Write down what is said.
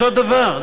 אותו דבר,